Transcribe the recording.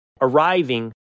arriving